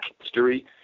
history